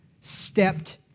stepped